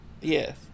Yes